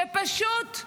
שפשוט,